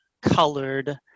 colored